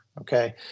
Okay